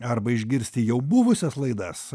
arba išgirsti jau buvusias laidas